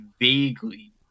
vaguely